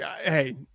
Hey